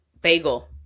bagel